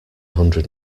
hundred